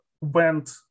went